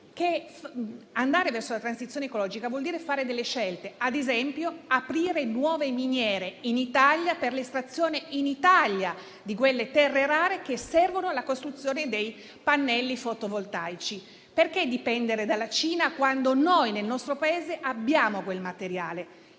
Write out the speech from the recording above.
che andare verso la transizione ecologica vuol dire fare delle scelte, ad esempio aprire nuove miniere in Italia per l'estrazione di quelle terre rare che servono alla costruzione dei pannelli fotovoltaici. Perché dipendere dalla Cina, quando nel nostro Paese abbiamo quel materiale?